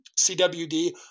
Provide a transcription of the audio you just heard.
CWD